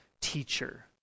teacher